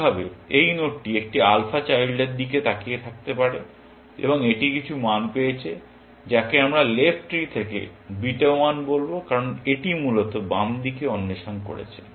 একইভাবে এই নোডটি একটি আলফা চাইল্ডের দিকে তাকিয়ে থাকতে পারে এবং এটি কিছু মান পেয়েছে যাকে আমরা লেফট ট্রি থেকে বিটা 1 বলব কারণ এটি মূলত বাম দিকে অন্বেষণ করেছে